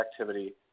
activity